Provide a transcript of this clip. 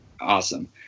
Awesome